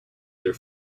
their